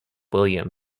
william